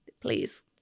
please